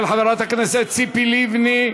של חברת הכנסת ציפי לבני.